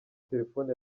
telefoni